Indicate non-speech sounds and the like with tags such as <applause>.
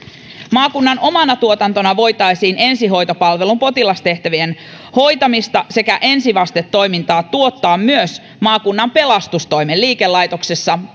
maakunnan omana tuotantona voitaisiin ensihoitopalvelun potilastehtävien hoitamista sekä ensivastetoimintaa tuottaa myös maakunnan pelastustoimen liikelaitoksessa <unintelligible>